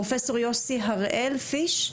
לפרופסור יוסי הראל פיש,